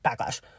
backlash